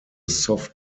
soft